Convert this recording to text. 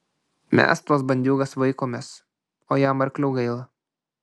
mes tuos bandiūgas vaikomės o jam arklių gaila